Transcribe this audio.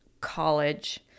college